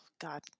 God